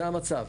זה המצב.